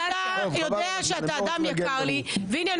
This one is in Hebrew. אתה יודע שאתה אדם יקר לי והינה,